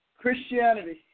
Christianity